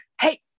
Hey